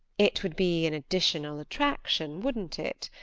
it would be an additional attraction, wouldn't it?